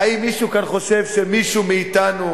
האם מישהו כאן חושב שמישהו מאתנו